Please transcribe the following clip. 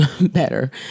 better